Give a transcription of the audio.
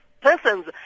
persons